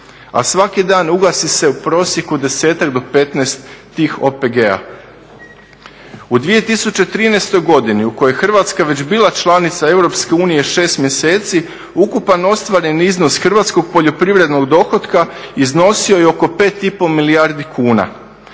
A svaki dan ugasi se u prosijeku desetak do 15 tih OPG-a. U 2013.godini u kojoj je Hrvatska već bila članica EU 6 mjeseci, ukupan ostvareni iznos hrvatskog poljoprivrednog dohotka iznosio je oko 5,5 milijardi kuna,